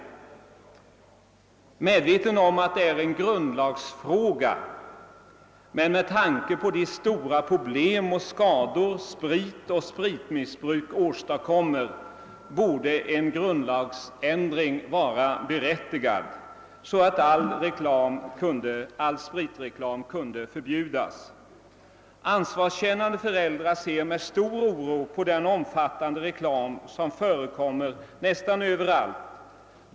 Jag är medveten om att detta är en grundlagsfråga, men med tanke på de stora problem och skador som sprit och spritmissbruk åstadkommer borde egentligen en grundlagsändring vara berättigad, så att all spritreklam kunde förbjudas. Ansvarskännande föräldrar ser med stor oro på den omfattande reklam som förekommer nästan överallt.